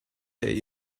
der